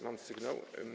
Mam sygnał.